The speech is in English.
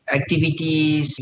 activities